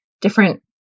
different